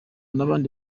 n’abandi